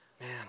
Man